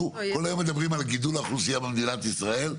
אנחנו כל היום מדברים על גידול האוכלוסייה במדינת ישראל.